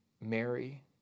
Mary